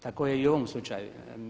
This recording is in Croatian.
Tako je i u ovom slučaju.